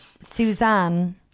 suzanne